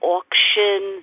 Auction